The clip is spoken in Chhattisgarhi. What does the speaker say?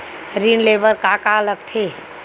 ऋण ले बर का का लगथे?